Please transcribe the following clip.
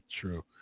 true